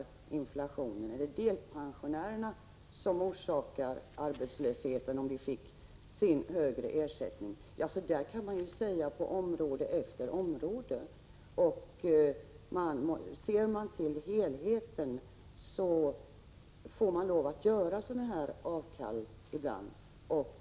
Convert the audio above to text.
Ja, så kan man ju säga på område efter område. När man ser till helheten får man ibland lov att göra avkall på ambitionerna på det sätt som skett.